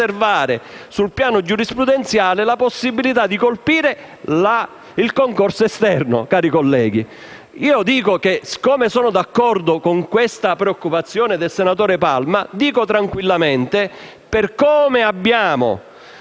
del senatore Palma è quella di preservare sul piano giurisprudenziale la possibilità di colpire il concorso esterno.